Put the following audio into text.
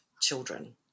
children